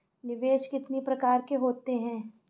निवेश कितनी प्रकार के होते हैं?